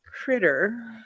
critter